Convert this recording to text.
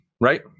right